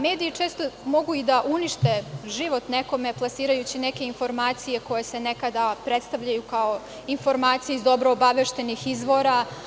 Mediji često mogu i da unište život nekome plasirajući neke informacije koje se nekada predstavljaju kao informacije iz dobro obaveštenih izvora.